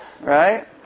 Right